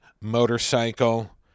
motorcycle